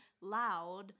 loud